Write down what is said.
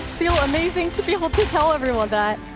feel amazing to be able to tell everyone that.